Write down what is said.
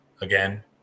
again